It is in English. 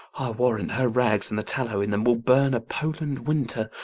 warrant, her rags and the tallow in them will burn poland winter.